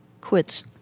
quits